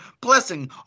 blessing